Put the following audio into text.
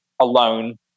alone